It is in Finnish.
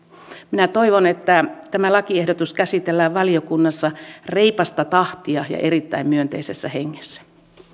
minä toivon että tämä lakiehdotus käsitellään valiokunnassa reipasta tahtia ja erittäin myönteisessä hengessä